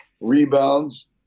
rebounds